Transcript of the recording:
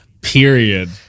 Period